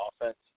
offense